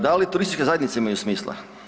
Da li turističke zajednice imaju smisla?